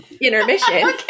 intermission